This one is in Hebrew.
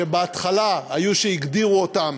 שבהתחלה היו שהגדירו אותם